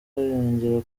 yongera